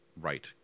Right